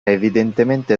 evidentemente